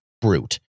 brute